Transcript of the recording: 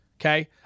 Okay